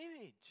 image